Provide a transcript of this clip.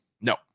No